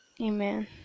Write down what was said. Amen